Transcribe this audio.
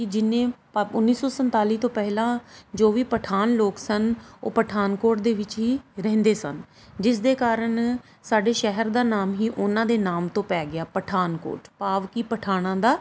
ਕਿ ਜਿੰਨੇ ਪਾ ਉੱਨੀ ਸੌ ਸੰਤਾਲੀ ਤੋਂ ਪਹਿਲਾਂ ਜੋ ਵੀ ਪਠਾਨ ਲੋਕ ਸਨ ਉਹ ਪਠਾਨਕੋਟ ਦੇ ਵਿੱਚ ਹੀ ਰਹਿੰਦੇ ਸਨ ਜਿਸ ਦੇ ਕਾਰਨ ਸਾਡੇ ਸ਼ਹਿਰ ਦਾ ਨਾਮ ਹੀ ਉਹਨਾਂ ਦੇ ਨਾਮ ਤੋਂ ਪੈ ਗਿਆ ਪਠਾਨਕੋਟ ਭਾਵ ਕਿ ਪਠਾਣਾਂ ਦਾ